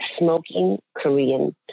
smokingkorean